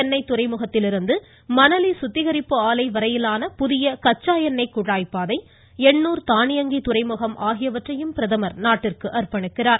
சென்னை துறைமுகத்திலிருந்து மணலி சுத்திகரிப்பு ஆலை வரையிலான புதிய கச்சா எண்ணெய் குழாய் பாதை எண்ணூர் தானியங்கி துறைமுகம் ஆகியவந்றையும் பிரதமர் நாட்டிற்கு அர்ப்பணிக்கிறார்